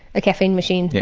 a caffeine machine? yeah